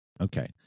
Okay